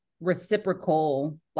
reciprocal